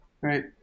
Right